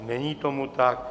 Není tomu tak.